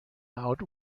out